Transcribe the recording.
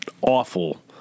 awful